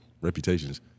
reputations